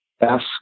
ask